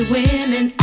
women